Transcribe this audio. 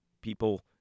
people